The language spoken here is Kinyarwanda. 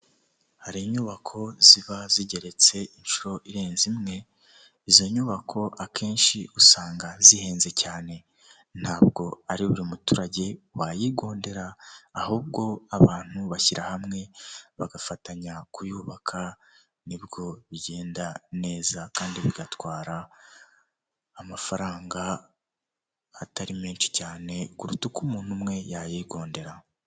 Hari inyubako ziba zigeretse inshuro irenze imwe, izo nyubako akenshi usanga zihenze cyane ntabwo ari buri muturage wayigondera, ahubwo abantu bashyira hamwe bagafatanya kuyubaka nibwo bigenda neza kandi bigatwara amafaranga atari menshi cyane kuruta uko umuntu umwe yayigondera.